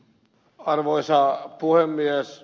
arvoisa puhemies